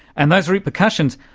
and those repercussions,